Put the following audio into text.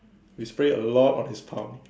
we spray a lot on his palm